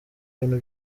ibintu